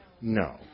No